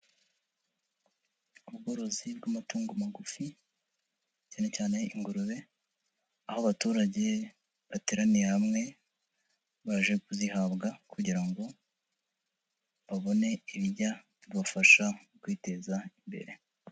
Ubworozi bw'amatungo magufi, cyane cyane ingurube. Aho abaturage bateraniye hamwe baje kuzihabwa, kugira ngo babone ibijya bibafasha kwiteza imbere.